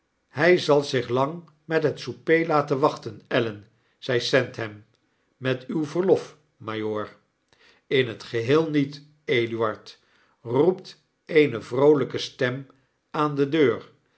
hjj zal zich lang met het souper laten wachten ellen zegt sandham met uw verlof majoor in het geheel niet eduard roept eene vroolyke stem aan de deur